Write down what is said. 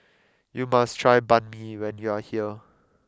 you must try Banh Mi when you are here